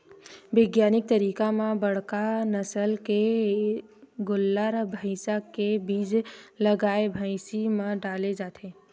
बिग्यानिक तरीका म बड़का नसल के गोल्लर, भइसा के बीज ल गाय, भइसी म डाले जाथे